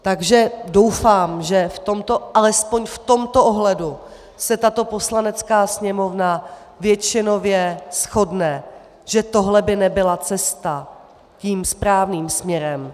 Takže doufám, že alespoň v tomto ohledu se tato Poslanecká sněmovna většinově shodne, že tohle by nebyla cesta tím správným směrem.